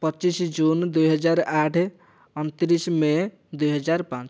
ପଚିଶି ଜୁନ ଦୁଇ ହଜାର ଆଠ ଅଣତିରିଶ ମେ' ଦୁଇହଜାର ପାଞ୍ଚ